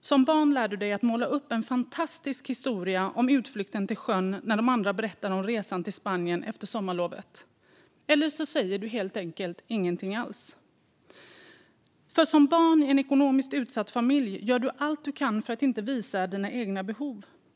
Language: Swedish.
Som barn lär du dig att måla upp en fantastisk historia om utflykten till sjön när de andra berättar om resan till Spanien efter sommarlovet. Eller så säger du helt enkelt ingenting alls. För som barn i en ekonomiskt utsatt familj gör du allt du kan för att inte visa dina egna behov.